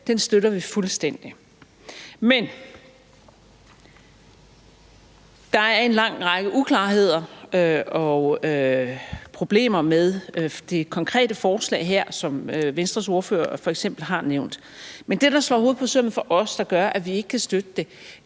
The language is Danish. selv støtter vi fuldstændig. Der er dog en lang række uklarheder og problemer med det konkrete forslag her, som f.eks. Venstres ordfører har nævnt. Men det, der slår hovedet på sømmet for os, og som gør,